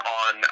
on